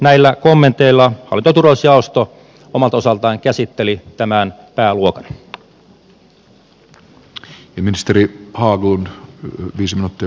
näillä kommenteilla hallinto ja turvallisuusjaosto omalta osaltaan käsitteli tämän pääluokan